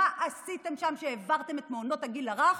מה עשיתם שם כשהעברתם את מעונות הגיל הרך